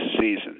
season